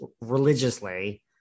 religiously